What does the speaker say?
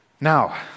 Now